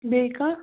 بیٚیہِ کانٛہہ